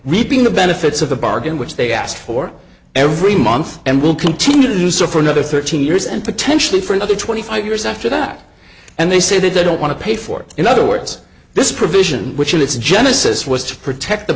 reaping the benefits of the bargain which they asked for every month and will continue to do so for another thirteen years and potentially for another twenty five years after that and they say they don't want to pay for it in other words this provision which in its genesis was to protect the